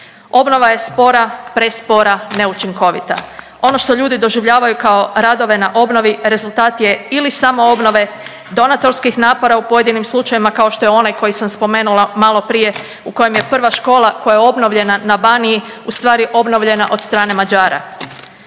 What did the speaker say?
Obnova je spora, prespora, neučinkovita. Ono što ljudi doživljavaju kao radove na obnovi rezultat je ili samoobnove, donatorskih napora u pojedinim slučajevima kao što je onaj koji sam spomenula maloprije u kojem je prva škola koja je obnovljena na Baniji ustvari obnovljena od strane Mađara.